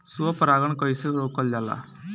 स्व परागण कइसे रोकल जाला?